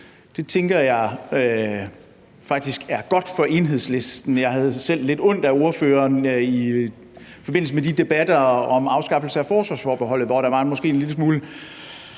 Det tænker jeg faktisk er godt for Enhedslisten. Jeg havde selv lidt ondt af ordføreren i forbindelse med de debatter om afskaffelse af forsvarsforbeholdet, hvor der måske lidt var